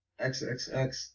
XXX